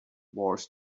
wars